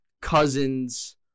cousins